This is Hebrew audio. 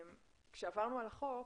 כשעברנו על החוק,